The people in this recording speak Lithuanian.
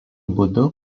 būdu